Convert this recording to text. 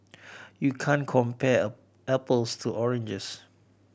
you can't compare apples to oranges